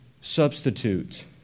substitute